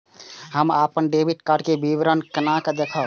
हम अपन debit card के विवरण केना देखब?